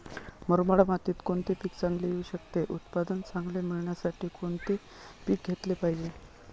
मुरमाड मातीत कोणते पीक चांगले येऊ शकते? उत्पादन चांगले मिळण्यासाठी कोणते पीक घेतले पाहिजे?